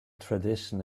tradition